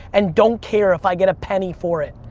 and don't care if i get a penny for it,